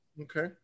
okay